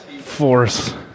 force